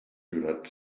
jurat